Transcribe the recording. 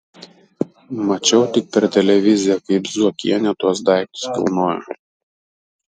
mačiau tik per televiziją kaip zuokienė tuos daiktus kilnoja